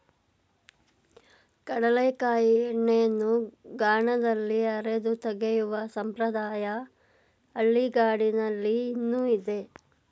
ಕಡಲೆಕಾಯಿ ಎಣ್ಣೆಯನ್ನು ಗಾಣದಲ್ಲಿ ಅರೆದು ತೆಗೆಯುವ ಸಂಪ್ರದಾಯ ಹಳ್ಳಿಗಾಡಿನಲ್ಲಿ ಇನ್ನೂ ಇದೆ